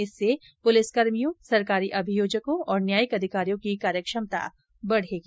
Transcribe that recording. इससे प्लिसकर्मियों सरकारी अभियोजकों और न्यायिक अधिकारियों की कार्य क्षमता बढेगी